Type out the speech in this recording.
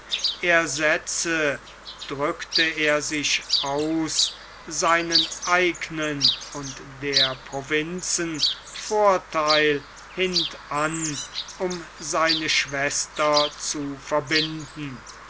er setze drückte er sich aus seinen eigenen und der provinzen vortheil hintan um seine schwester zu verbinden